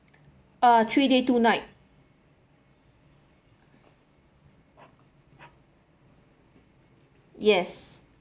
uh three day two night yes